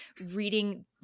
reading